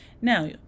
Now